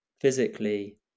physically